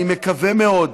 אני מקווה מאוד,